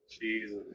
Jesus